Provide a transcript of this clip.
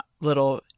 little –